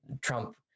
Trump